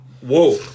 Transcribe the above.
whoa